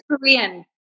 Korean